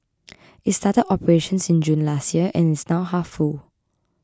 it started operations in June last year and is now half full